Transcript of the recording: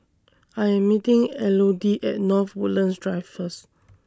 I Am meeting Elodie At North Woodlands Drive First